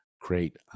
create